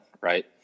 Right